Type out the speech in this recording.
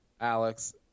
Alex